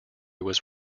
was